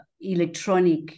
electronic